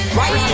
right